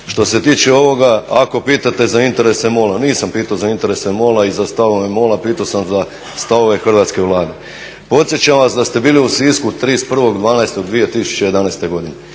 Što se tiče ovoga, ako pitate za interese MOL-a, nisam pitao za interese MOL-a i za stavove MOL-a pitao sam za stavove hrvatske Vlade. Podsjećam vas da ste bili u Sisku 31.12.2011. godine